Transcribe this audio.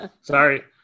Sorry